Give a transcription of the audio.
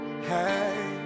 Hey